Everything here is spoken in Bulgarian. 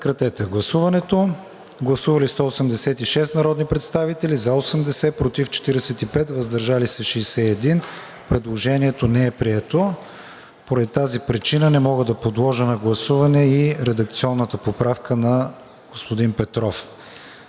на нова ал. 3. Гласували 186 народни представители: за 80, против 45, въздържали се 61. Предложението не е прието. Поради тази причина не мога да подложа на гласуване и редакционната поправка на господин Петров.